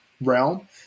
realm